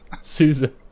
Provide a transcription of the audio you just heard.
Susan